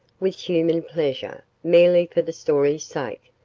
with human pleasure, merely for the story's sake.